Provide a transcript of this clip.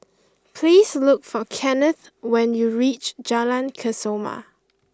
please look for Kennith when you reach Jalan Kesoma